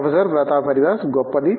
professor Pratap Haridas గొప్పది